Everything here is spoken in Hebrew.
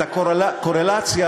את הקורלציה,